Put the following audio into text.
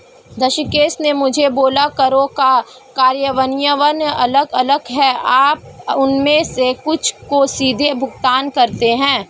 ऋषिकेश ने मुझसे बोला करों का कार्यान्वयन अलग अलग है आप उनमें से कुछ को सीधे भुगतान करते हैं